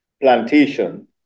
plantation